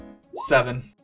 Seven